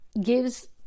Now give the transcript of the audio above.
gives